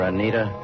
Anita